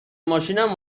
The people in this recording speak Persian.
ماشینم